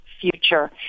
future